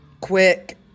quick